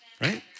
right